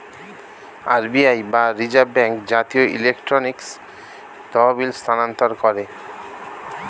RBI বা reserve bank জাতীয় electronic তহবিল স্থানান্তর করে